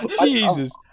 Jesus